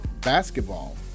basketball